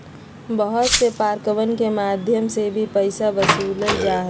बहुत से पार्कवन के मध्यम से भी पैसा वसूल्ल जाहई